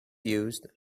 used